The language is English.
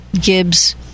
Gibbs